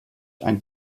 ein